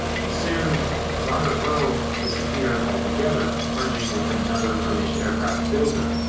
and soon saunders-roe disappeared altogether, merging with another british aircraft builder.